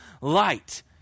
light